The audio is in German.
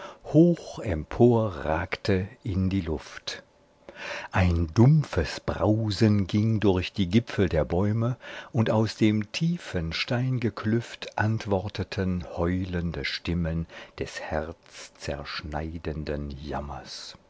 hoch emporragte in die luft ein dumpfes brausen ging durch die gipfel der bäume und aus dem tiefen steingeklüft antworteten heulende stimmen des herzzerschneidenden jammers